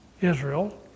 Israel